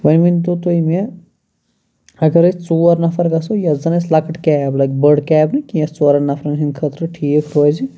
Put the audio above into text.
وۄنۍ ؤنتو تُہۍ مےٚ اَگَر أسۍ ژور نَفَر گَژھو یتھ زَن اَسہِ لَکٕٹۍ کیب لَگہٕ بٔڑ کیب نہٕ کینٛہہ ژورَن نَفرَن ہنٛدۍ خٲطرٕ ٹھیٖک روزِ